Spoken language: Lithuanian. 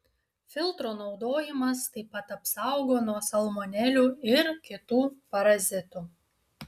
filtro naudojimas taip pat apsaugo nuo salmonelių ir kitų parazitų